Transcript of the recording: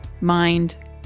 mind